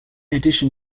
addition